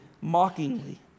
mockingly